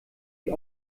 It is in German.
die